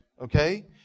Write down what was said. Okay